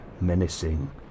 menacing